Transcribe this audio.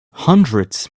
hundreds